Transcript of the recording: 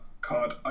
card